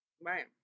Right